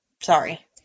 Sorry